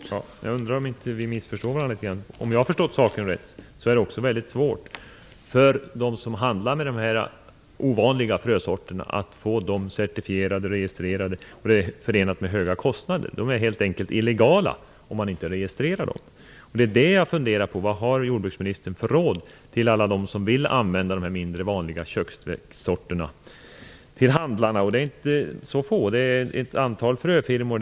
Fru talman! Jag undrar om vi inte missförstår varandra litet grand. Om jag har förstått saken rätt är det svårt för dem som handlar med dessa ovanliga frösorter att få dem certifierade och registrerade, och det är förenat med höga kostnader. Fröerna är helt enkelt illegala om man inte registrerar dem. Jag undrar vad jordbruksministern har för råd till alla handlare som vill använda de mindre vanliga köksväxtsorterna. De är inte så få. Det handlar om ett antal fröfirmor.